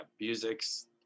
Music's